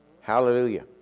Hallelujah